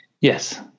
Yes